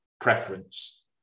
preference